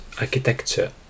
architecture